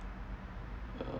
uh